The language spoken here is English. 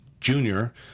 Junior